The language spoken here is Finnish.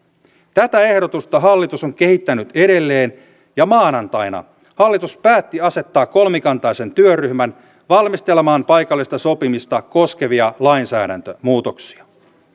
tätä ehdotusta hallitus on kehittänyt edelleen ja maanantaina hallitus päätti asettaa kolmikantaisen työryhmän valmistelemaan paikallista sopimista koskevia lainsäädäntömuutoksia